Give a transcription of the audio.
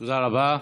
תודה רבה.